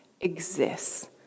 exists